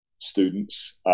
students